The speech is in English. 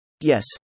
Yes